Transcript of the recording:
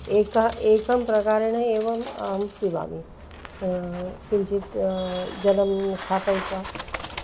एकः एकं प्रकारेण एवम् अहं पिबामि किञ्चित् जलं स्थापयित्वा